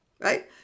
right